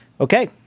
Okay